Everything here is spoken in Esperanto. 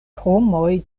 homoj